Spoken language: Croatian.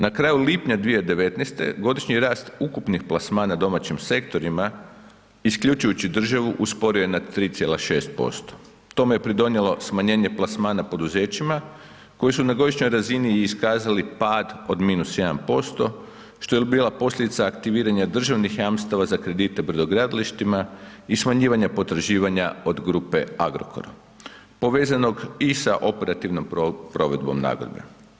Na kraju lipnja 2019. godišnji rast ukupnih plasmana domaćim sektorima isključujući državu usporio je na 3,6% tome je pridonjelo smanjenje plasmana poduzećima koji su na godišnjoj razini iskazali pad od -1%, što je bila posljedica aktiviranja državnih jamstava za kredite brodogradilištima i smanjivanja potraživanja od grupe Agrokor povezanog i sa operativnom provedbom nagodbe.